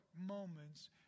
moments